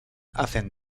hacen